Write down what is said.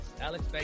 Alex